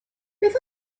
beth